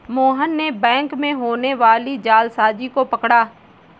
मोहन ने बैंक में होने वाली जालसाजी को पकड़ा